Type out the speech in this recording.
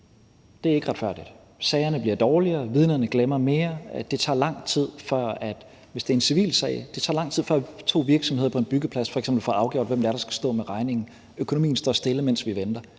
Det er ikke retfærdigt. Sagerne bliver dårligere, vidnerne glemmer mere, og hvis det er en civil sag, tager det lang tid, før f.eks. to virksomheder på en byggeplads får afgjort, hvem det er, der skal stå med regningen. Økonomien står stille, mens vi venter.